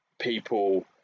people